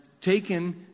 taken